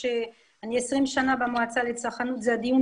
אני 20 שנים במועצה לצרכנות ואני חושבת שזה הדיון